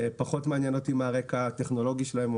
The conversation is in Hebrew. פחות מעניין אותי מה הרקע הטכנולוגי שלהם או